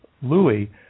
Louis